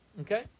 Okay